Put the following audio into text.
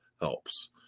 helps